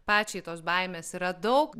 pačiai tos baimės yra daug